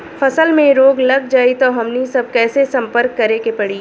फसल में रोग लग जाई त हमनी सब कैसे संपर्क करें के पड़ी?